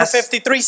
53